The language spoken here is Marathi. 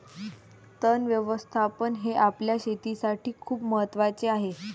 तण व्यवस्थापन हे आपल्या शेतीसाठी खूप महत्वाचे आहे